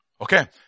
Okay